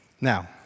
Now